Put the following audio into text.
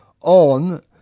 On